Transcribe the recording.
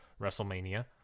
WrestleMania